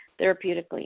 therapeutically